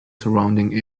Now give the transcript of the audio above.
surrounding